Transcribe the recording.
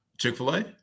Chick-fil-A